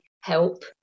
help